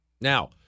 Now